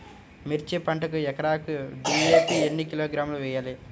మిర్చి పంటకు ఎకరాకు డీ.ఏ.పీ ఎన్ని కిలోగ్రాములు వేయాలి?